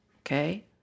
okay